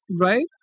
right